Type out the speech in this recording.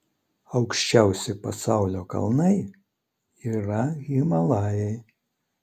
aukščiausi pasaulio kalnai yra himalajai